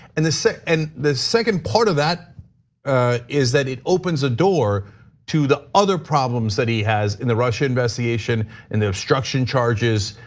and the so and the second part of that is that it opens a door to the other problems that he has in the russia investigation and the obstruction charges.